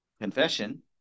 confession